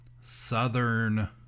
southern